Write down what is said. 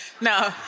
No